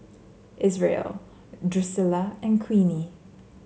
Isreal Drucilla and Queenie